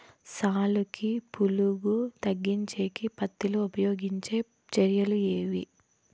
సాలుకి పులుగు తగ్గించేకి పత్తి లో ఉపయోగించే చర్యలు ఏమి?